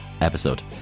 episode